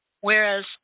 whereas